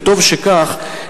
וטוב שכך,